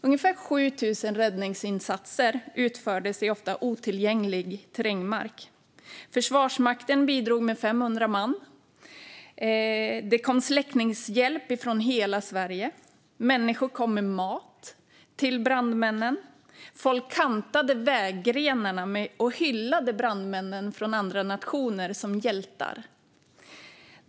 Ungefär 7 000 räddningsinsatser utfördes i ofta otillgänglig terräng. Försvarsmakten bidrog med 500 man. Det kom släckningshjälp från hela Sverige. Människor kom med mat till brandmännen. Folk kantade vägrenarna och hyllade brandmännen från andra nationer som hjältar.